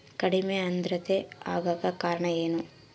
ಕಡಿಮೆ ಆಂದ್ರತೆ ಆಗಕ ಕಾರಣ ಏನು?